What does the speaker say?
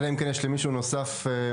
אלא אם כן למישהו יש משהו נוסף לומר